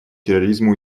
терроризму